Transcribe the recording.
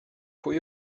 pwy